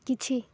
କିଛି